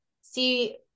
see